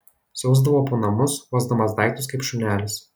siausdavo po namus uosdamas daiktus kaip šunelis